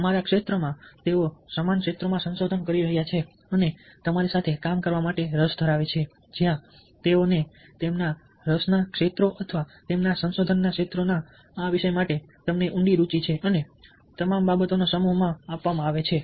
અમારા ક્ષેત્રમાં તેઓ સમાન ક્ષેત્રોમાં સંશોધન કરી રહ્યા છે અને તમારી સાથે કામ કરવા માટે રસ ધરાવે છે જ્યાં તેઓને તેમના રસના ક્ષેત્રો અથવા તેમના સંશોધનના ક્ષેત્રો ના આ વિષય માટે તેમની ઊંડી રુચિ છે અને તમામ બાબતોનો સમૂહ માં આપવામાં આવે છે